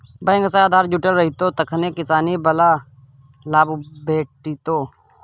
bank सँ आधार जुटल रहितौ तखने किसानी बला लाभ भेटितौ